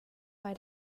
bei